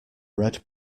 red